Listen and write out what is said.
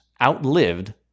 outlived